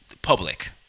public